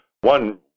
one